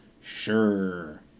Sure